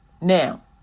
Now